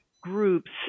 groups